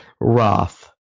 Roth